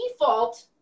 default